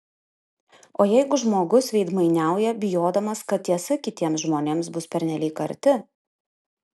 o jeigu žmogus veidmainiauja bijodamas kad tiesa kitiems žmonėms bus pernelyg karti